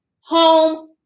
home